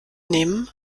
nehmen